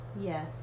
Yes